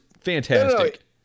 fantastic